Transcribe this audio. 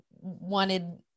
wanted